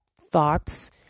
thoughts